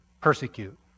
persecute